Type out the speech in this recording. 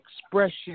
expression